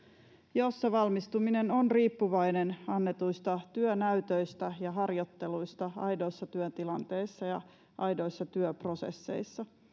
jossa valmistuminen on riippuvainen annetuista työnäytöistä ja harjoitteluista aidoissa työtilanteissa ja aidoissa työprosesseissa